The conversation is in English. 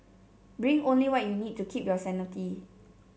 bring only what you need to keep your sanity